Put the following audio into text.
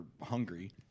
hungry